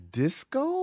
disco